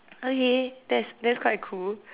okay that's that's quite cool